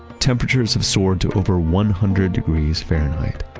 temperatures have soared to over one hundred degrees fahrenheit.